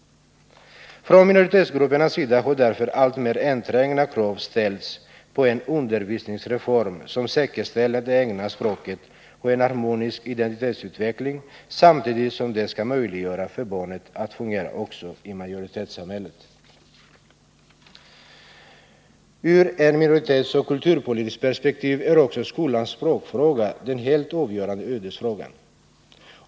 Från minoritetsgruppernas sida har därför alltmer enträgna krav ställts på en undervisningsreform som säkerställer det egna språket och en harmonisk identitetsutveckling, samtidigt som den skall möjliggöra för barnet att fungera också i majoritetssamhället. Ur ett minoritetsoch kulturpolitiskt perspektiv är också skolans språkfråga den helt avgörande ödesfrågan.